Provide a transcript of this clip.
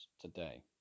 Today